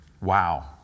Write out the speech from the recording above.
Wow